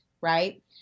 right